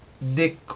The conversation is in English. Nick